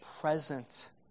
present